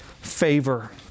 favor